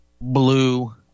blue